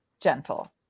gentle